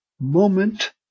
moment